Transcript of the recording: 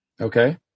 Okay